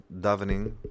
davening